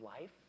life